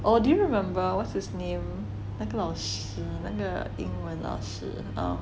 or do you remember what's his name 那个老师那个英文老师 um